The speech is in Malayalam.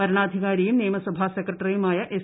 വരണാധികാരിയും നിയമസഭാ സെക്രട്ടറിയുമായ് എസ്